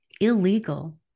illegal